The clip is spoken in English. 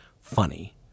funny